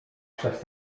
przez